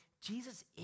Jesus